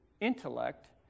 intellect